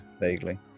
vaguely